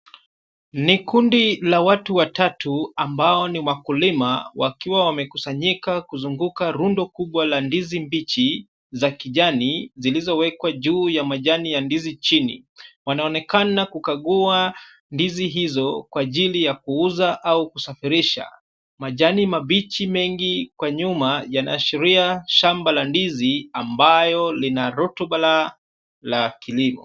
Ni kundi la watu watatu ambao ni wakulima wakiwa wamekusanyika kuzunguka rundo kubwa la ndizi mbichi za kijani zilizowekwa juu ya majani ya ndizi chini. Wanaonekana kukagua ndizi hizo kwa ajili ya kuuza au kusafirisha. Majani mabichi mengi kwa nyuma yanaashiria shamba la ndizi ambayo lina rotuba la kilimo.